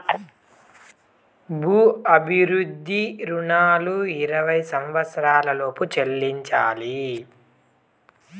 భూ అభివృద్ధి రుణాలు ఇరవై సంవచ్చరాల లోపు చెల్లించాలి